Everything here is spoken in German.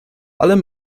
allem